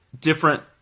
different